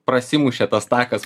prasimušė tas takas